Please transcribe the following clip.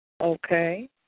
Okay